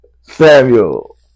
Samuel